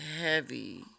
heavy